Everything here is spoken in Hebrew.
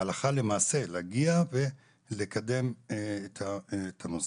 אלא הלכה למעשה להגיע ולקדם את הנושא.